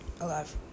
alive